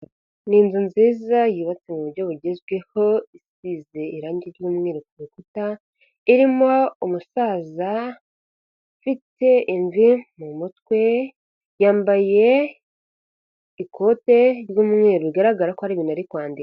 Ni inzu nziza yubatse mu buryo bugezweho, isize irange ry'umweru ku rukuta, irimo umusaza ufite imvi mu mutwe, yambaye ikote ry'umweru bigaragara ko ari ibintu ari kwandika.